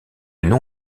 nom